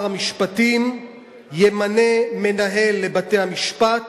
"שר המשפטים ימנה מנהל לבתי-המשפט